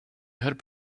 heard